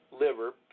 liver